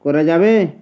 করা যাবে